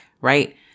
right